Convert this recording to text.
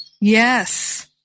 Yes